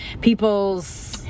people's